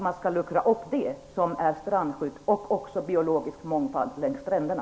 Man skall luckra upp det som är fråga om strandskydd och också biologisk mångfald längs stränderna.